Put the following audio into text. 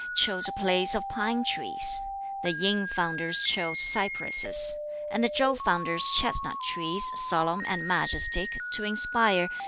chose a place of pine trees the yin founders chose cypresses and the chow founders chestnut trees, solemn and majestic, to inspire,